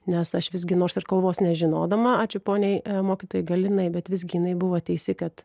nes aš visgi nors ir kalbos nežinodama ačiū poniai mokytojai galinai bet visgi jinai buvo teisi kad